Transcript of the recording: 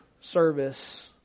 service